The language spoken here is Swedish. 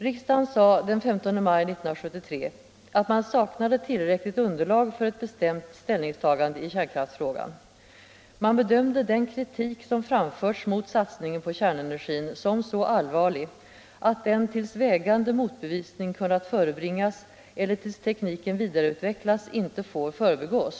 Riksdagen sade den 15 maj 1973 att man saknade tillräckligt underlag för ett bestämt ställningstagande i kärnkraftsfrågan. Man bedömde den kritik som framförts mot satsningen på kärnenergin som så allvarlig, att den ”tills vägande motbevisning kunnat förebringas eller tills tekniken vidareutvecklats inte får förbigås”.